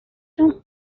from